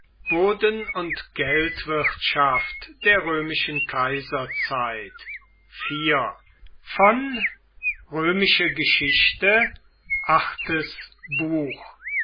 boden und geldwirtschaft der römischen kaiserzeit